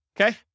Okay